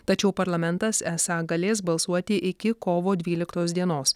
tačiau parlamentas esą galės balsuoti iki kovo dvyliktos dienos